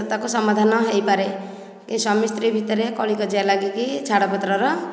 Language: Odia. ତାକୁ ସମାଧାନ ହୋଇପାରେ ଏ ସ୍ୱାମୀ ସ୍ତ୍ରୀ ଭିତରେ କଳିକଜିଆ ଲାଗିକି ଛାଡ଼ପତ୍ରର